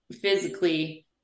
physically